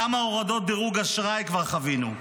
כמה הורדות דירוג אשראי כבר חווינו?